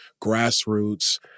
grassroots